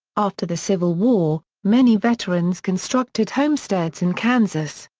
after the civil war, many veterans constructed homesteads in kansas.